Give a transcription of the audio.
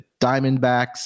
Diamondbacks